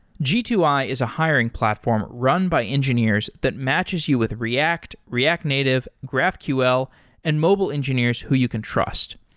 g two i is a hiring platform run by engineers that matches you with react, react native, graphql and mobile engineers who you can trust.